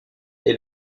est